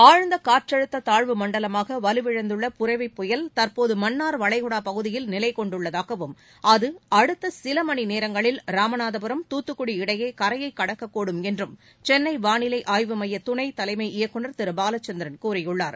ஆழ்ந்த காற்றழுத்த தாழ்வு மண்டலமாக வலுவிழந்துள்ள புரெவி புயல் தற்போது மன்னார் வளைகுடாப் பகுதியில் நிலைக் கொண்டுள்ளதாகவும் அது அடுத்த சில மணி நேரங்களில் ராமநாதபுரம் துத்துக்குடி இடையே கரையை க்கக்கூடும் என்றும் சென்னை வாளிலை ஆய்வு மைய துணை தலைமை இயக்குநர் திரு பாலசந்திரன் கூறியுள்ளார்